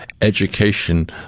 Education